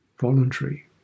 voluntary